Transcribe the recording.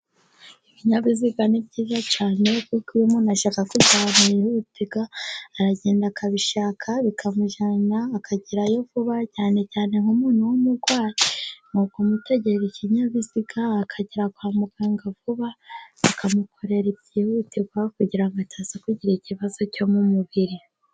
Ibinyabiziga ni byiza cyane, kuko iyo umuntu ashaka kujya ahantu hihutirwa, aragenda akabishaka bikamujyana akagerayo vuba, cyane cyane nk'umuntu w'umurwayi nukumutegera ikinyabiziga akagera kwa muganga vuba, bakamukorera ibyihutirwa kugira ngo ataza kugira ikibazo cyo mu mubiri.